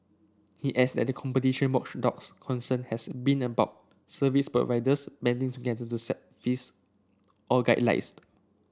he adds that the competition watchdog's concern has been about service providers banding together to set fees or guidelines